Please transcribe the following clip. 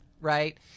right